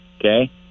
okay